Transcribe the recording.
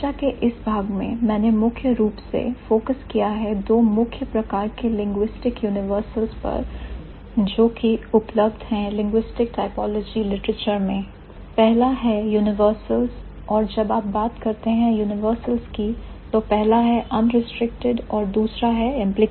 चर्चा के इस भाग में मैंने मुख्य रूप से फोकस किया है दो मुख्य प्रकार के linguistic universals पर जोकि उपलब्ध है linguistic typology literature पर पहला है universals और जब आप बात करते हैं universals की तो पहला है unrestricted और दूसरा है implicational